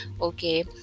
okay